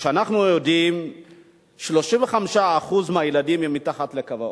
כשאנחנו יודעים ש-35% מהילדים הם מתחת לקו העוני,